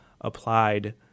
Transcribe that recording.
applied